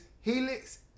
Helix